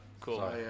cool